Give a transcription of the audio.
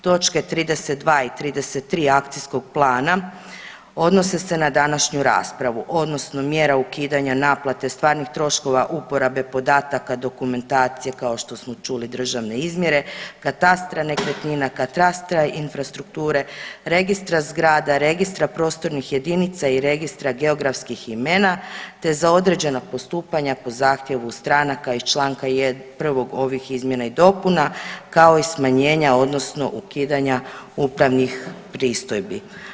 Točke 32. i 33. akcijskog plana odnose se na današnju raspravu odnosno mjera ukidanja naplate stvarnih troškova uporabe podataka, dokumentacije kao što smo čuli državne izmjere, katastra nekretnina, katastra infrastrukture, registra zgrada, registra prostornih jedinica i registra geografskih imena te za određena postupanja po zahtjevu stranaka iz Članka 1. ovih izmjena i dopuna kao i smanjenja odnosno ukidanja upravnih pristojbi.